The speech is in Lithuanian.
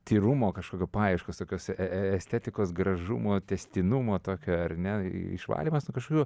tyrumo kažkokio paieškos tokios estetikos gražumo tęstinumo tokio ar ne išvalymas kažkokių